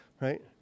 right